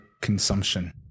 consumption